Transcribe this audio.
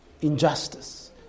injustice